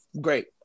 Great